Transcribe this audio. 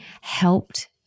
helped